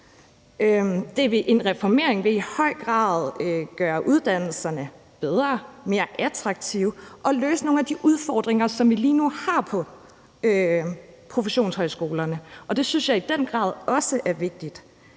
En reformering vil i høj grad gøre uddannelserne bedre og mere attraktive og løse nogle af de udfordringer, som vi lige nu har på professionshøjskolerne, og det synes jeg også er vigtigt.